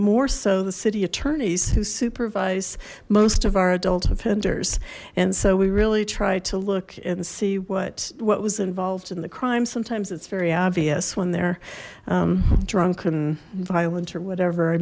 moreso the city attorneys who supervise most of our adult offenders and so we really try to look and see what what was involved in the crime sometimes it's very obvious when they're drunk and violent or whatever i